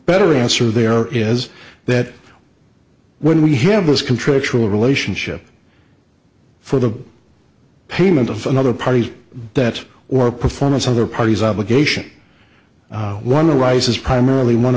better answer there is that when we have those contractual relationship for the payment of another party that or performance other parties obligation one arises primarily one